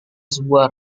sebuah